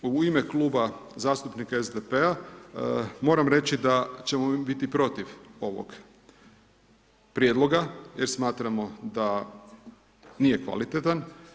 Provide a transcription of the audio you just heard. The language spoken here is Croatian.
Zaključno u ime Kluba zastupnika SDP-a moram reći da ćemo mi biti protiv ovog prijedloga jer smatramo da nije kvalitetan.